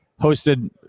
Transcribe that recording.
Hosted